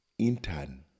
Intern